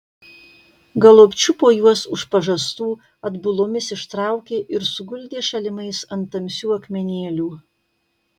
galop čiupo juos už pažastų atbulomis ištraukė ir suguldė šalimais ant tamsių akmenėlių